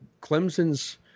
Clemson's